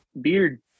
Beard